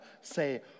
say